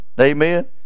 Amen